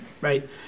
Right